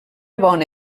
bona